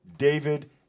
David